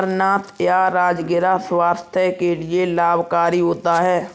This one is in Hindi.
अमरनाथ या राजगिरा स्वास्थ्य के लिए लाभकारी होता है